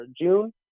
June